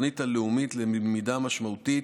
התוכנית הלאומית ללמידה משמעותית,